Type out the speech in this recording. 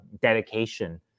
dedication